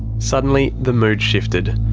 suddenly, the mood shifted.